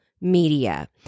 media